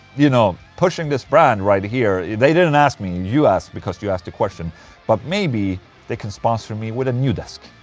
you know, pushing this brand right here they didn't ask me, you asked because you you asked the question but maybe they can sponsor me with a new desk